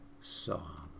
song